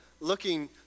looking